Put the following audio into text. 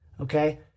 Okay